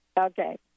Okay